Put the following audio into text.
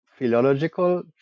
philological